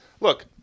look